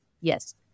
Yes